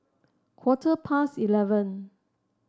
quarter past eleven